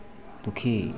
दुखी